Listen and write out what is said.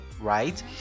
right